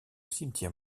cimetière